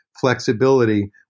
flexibility